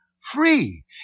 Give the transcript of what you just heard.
free